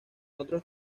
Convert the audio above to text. otros